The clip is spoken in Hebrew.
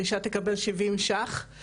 אישה תקבל 70 שקלים,